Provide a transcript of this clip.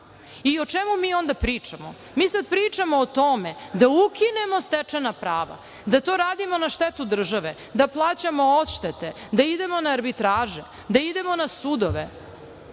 i o čemu mi onda pričamo? Mi sad pričamo o tome da ukinemo stečena prava, da to radimo na štetu države, da plaćamo odštete, da idemo na arbitraže, da idemo na sudove.